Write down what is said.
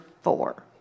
four